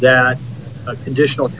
that a conditional